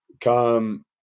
come